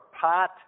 pot